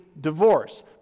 divorce